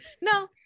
No